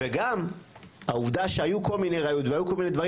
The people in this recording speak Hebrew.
גם העובדה שהיו כל מיני ראיות והיו כל מיני דברים